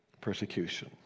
persecution